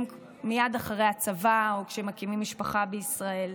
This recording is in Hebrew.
מייד אחרי הצבא או כשהם מקימים משפחה בישראל.